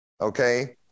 okay